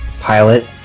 Pilot